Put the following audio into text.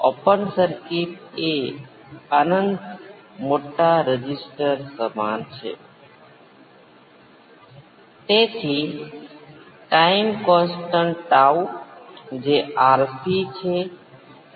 ચોક્કસ સર્કિટ માટે આપણને શું મળ્યું જો હું Vs અહીં લાગુ કરું તો મને કઈક રિસ્પોન્સ મળશે